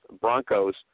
Broncos